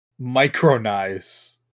Micronize